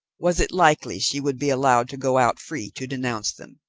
was it likely she would be allowed to go out free to denounce them?